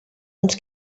uns